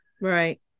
Right